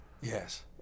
Yes